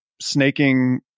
snaking